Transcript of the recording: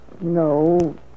No